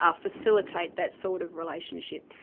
ah facilitate that sort of relationship.